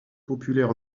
populaire